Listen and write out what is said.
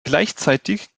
gleichzeitig